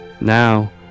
Now